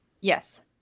Yes